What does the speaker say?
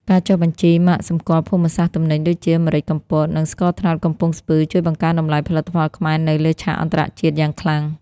ការចុះបញ្ជី "ម៉ាកសម្គាល់ភូមិសាស្ត្រទំនិញ" ដូចជា ម្រេចកំពត និងស្ករត្នោតកំពង់ស្ពឺ ជួយបង្កើនតម្លៃផលិតផលខ្មែរនៅលើឆាកអន្តរជាតិយ៉ាងខ្លាំង។